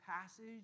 passage